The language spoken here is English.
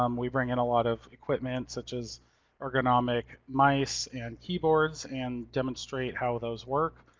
um we bring in a lot of equipment such as ergonomic mice, and keyboards, and demonstrate how those work,